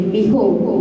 Behold